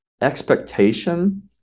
expectation